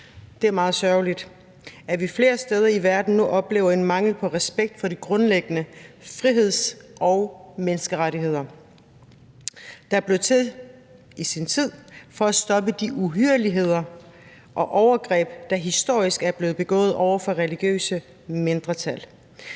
Det er meget sørgeligt, at vi flere steder i verden nu oplever en mangel på respekt for de grundlæggende friheds- og menneskerettigheder, der i sin tid blev til for at stoppe de uhyrligheder og overgreb, der historisk er blevet begået over for religiøse mindretal.